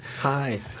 Hi